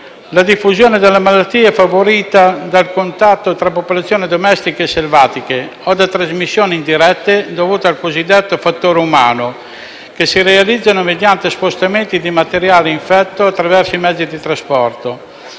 La diffusione della malattia è favorita dal contatto tra popolazioni domestiche e selvatiche o da trasmissioni indirette, dovute al cosiddetto fattore umano, che si realizzano mediante spostamenti di materiale infetto attraverso mezzi di trasporto,